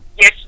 Yes